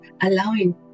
allowing